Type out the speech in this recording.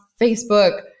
Facebook